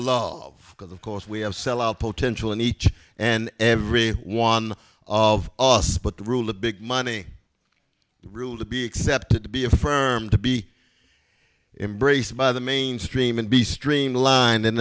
because of course we have sellout potential in each and every one of us but the rule of big money rule to be accepted to be affirmed to be embraced by the mainstream and be streamlined